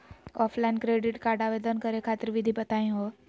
Offline credit card आवेदन करे खातिर विधि बताही हो?